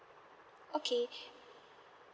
okay